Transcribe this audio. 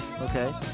okay